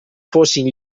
fossin